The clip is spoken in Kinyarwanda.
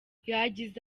yagize